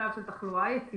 מצב של תחלואה יציבה.